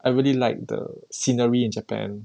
I really like the scenery in japan